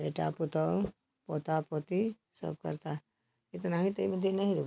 बेटा पतोह पोता पोती सब करता है इतना ही नहीं